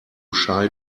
shy